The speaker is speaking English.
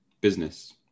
Business